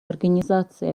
организации